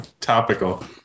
topical